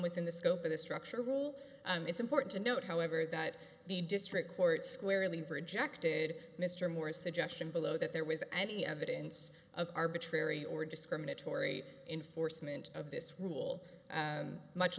within the scope of the structure rule and it's important to note however that the district court squarely projected mr moore's suggestion below that there was any evidence of arbitrary or discriminatory enforcement of this rule much